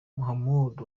muhamud